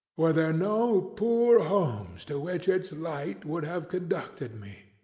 were there no poor homes to which its light would have conducted me!